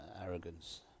arrogance